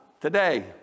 today